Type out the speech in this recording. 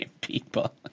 people